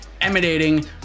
emanating